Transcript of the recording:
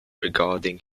regarding